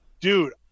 Dude